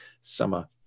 summer